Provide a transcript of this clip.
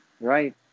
right